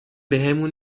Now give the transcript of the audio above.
بهمون